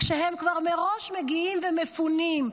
כשהם כבר מראש מגיעים ומפונים,